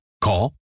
Call